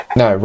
no